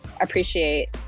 appreciate